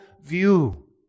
view